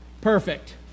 perfect